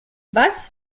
was